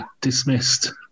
dismissed